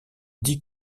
dix